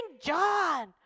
John